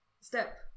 step